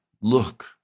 look